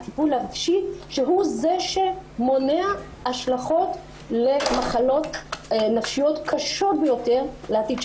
הטיפול הרגשי שהוא זה שמונע השלכות למחלות נפשיות קשות ביותר בעתיד.